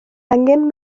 angen